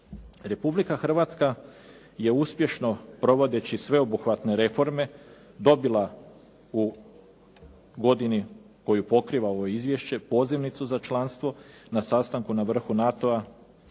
Republika Hrvatska je uspješno provodeći sveobuhvatne reforme dobila u godini koju pokriva ovo izvješće pozivnicu za članstvo na sastanku na vrhu NATO-a